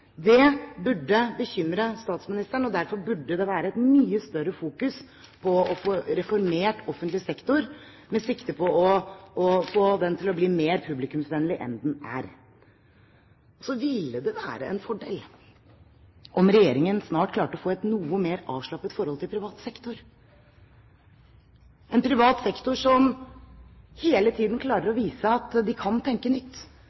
Det burde bekymre statsministeren. Derfor burde det være et mye større fokus på å få reformert offentlig sektor med sikte på å få den til å bli mer publikumsvennlig enn den er. Så ville det være en fordel om regjeringen snart klarte å få et noe mer avslappet forhold til privat sektor – en privat sektor som hele tiden klarer å vise at den kan tenke nytt.